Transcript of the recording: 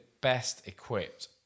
best-equipped